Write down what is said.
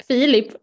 Filip